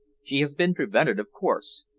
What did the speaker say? she has been prevented, of course.